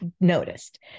noticed